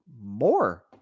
more